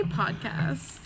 podcast